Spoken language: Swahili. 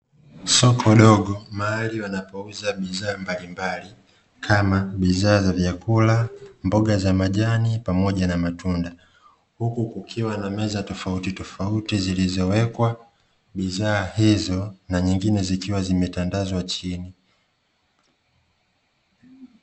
Soko dogo mahali wanapouza bidhaa mbalimbali kama bidhaa za vyakula, mboga za majani pamoja na matunda, huku kukiwa na meza tofauti tofauti zilizo wekwa bidhaa hizo na nyingine zikiwa zimetandazwa chini.